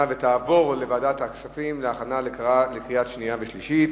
ותעבור לוועדת הכספים להכנה לקריאה שנייה ושלישית.